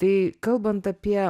tai kalbant apie